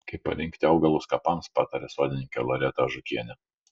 kaip parinkti augalus kapams pataria sodininkė loreta ažukienė